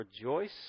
rejoice